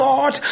God